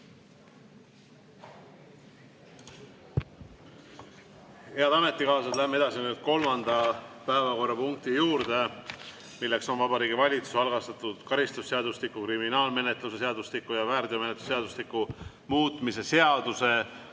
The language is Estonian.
Head ametikaaslased! Läheme nüüd edasi kolmanda päevakorrapunkti juurde. See on Vabariigi Valitsuse algatatud karistusseadustiku, kriminaalmenetluse seadustiku ja väärteomenetluse seadustiku muutmise seaduse